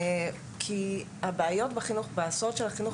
כי המשמעות של הבעיות בהסעות של החינוך